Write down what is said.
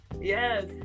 Yes